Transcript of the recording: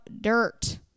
dirt